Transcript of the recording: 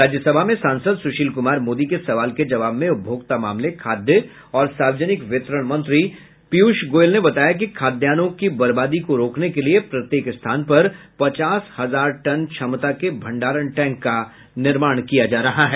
राज्यसभा में सांसद सुशील कुमार मोदी के सवाल के जवाब में उपभोक्ता मामले खाद्य और सार्वजनिक वितरण मंत्री पीयूष गोयल ने बताया कि खाद्यान्नों की बर्बादी को रोकने के लिए प्रत्येक स्थान पर पचास हजार टन क्षमता के भंडारण टैंक का निर्माण किया जा रहा है